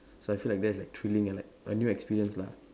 so I feel like there's like thrilling and like a new experience lah